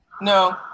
no